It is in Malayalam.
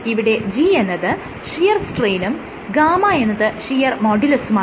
ഇവിടെ G എന്നത് ഷിയർ സ്ട്രെയിനും γ എന്നത് ഷിയർ മോഡുലസുമാണ്